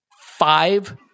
five